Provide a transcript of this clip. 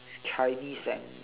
chinese and